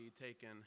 taken